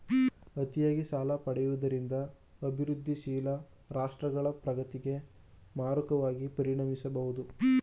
ಅತಿಯಾಗಿ ಸಾಲ ಪಡೆಯುವುದರಿಂದ ಅಭಿವೃದ್ಧಿಶೀಲ ರಾಷ್ಟ್ರಗಳ ಪ್ರಗತಿಗೆ ಮಾರಕವಾಗಿ ಪರಿಣಮಿಸಬಹುದು